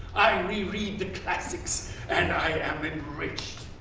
i re-read the classics and i am enriched.